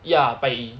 ya 拜一